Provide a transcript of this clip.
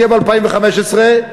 ותהיה ב-2015,